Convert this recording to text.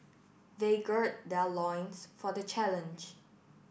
they gird their loins for the challenge